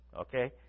Okay